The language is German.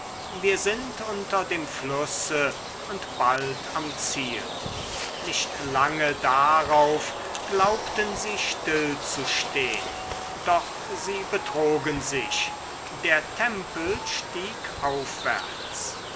wir sind unter dem flusse und bald am ziel nicht lange darauf glaubten sie stillzustehn doch sie betrogen sich der tempel stieg aufwärts